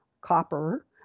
copper